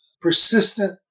persistent